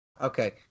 Okay